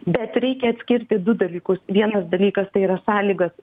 bet reikia atskirti du dalykus vienas dalykas tai yra sąlygas